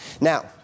Now